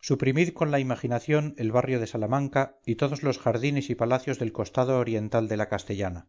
suprimid con la imaginación el barrio de salamanca y todos los jardines y palacios del costado oriental de la castellana